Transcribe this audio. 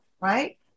right